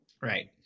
right